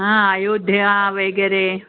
हां आयोध्या वगैरे